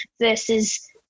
versus